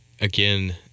again